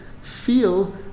feel